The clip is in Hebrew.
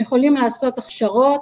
הם יכולים לעשות הכשרות.